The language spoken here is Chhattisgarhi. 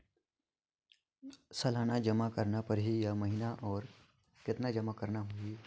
सालाना जमा करना परही या महीना मे और कतना जमा करना होहि?